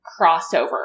crossover